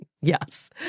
Yes